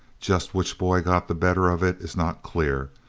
just which boy got the better of it is not clear,